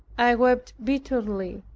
i wept bitterly.